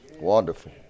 Wonderful